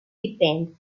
depend